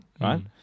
right